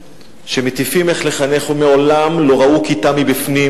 אני שומע אנשים שמטיפים איך לחנך ומעולם לא ראו כיתה מבפנים,